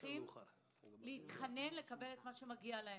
צריכים להתחנן לקבל מה שמגיע להם.